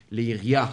לעירייה,